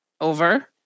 over